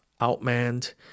outmanned